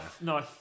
no